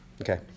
Okay